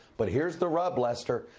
but here is the rub, lester.